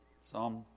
Psalm